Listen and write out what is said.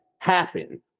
happen